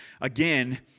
again